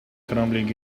crumbling